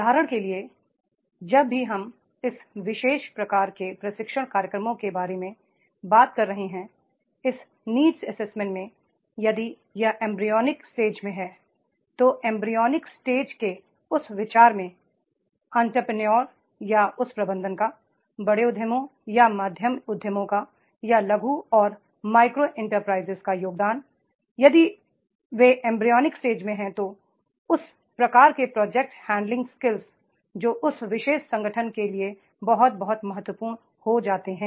उदाहरण के लिए जब भी हम इस विशेष प्रकार के प्रशिक्षण कार्यक्रमों के बारे में बात कर रहे हैं इस नीड्स असेसमेंट में यदि यह एंब्रीयॉनिक स्टेज में है तो एंब्रीयॉनिक स्टेज के उस विचार में एंटरप्रेन्योर या उस प्रबंधन का बड़े उद्यमों या माध्यम उद्यमों का यालघु और माइक्रो एंटरप्राइज का योगदान यदि वे एंब्रीयॉनिक स्टेज में हैं तो उस प्रकार के प्रोजेक्ट हैंड लिंग स्किल जो उस विशेष संगठन के लिए बहुत बहुत महत्वपूर्ण हो जाते हैं